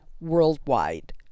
worldwide